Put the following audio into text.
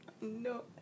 no